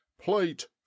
plate